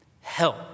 help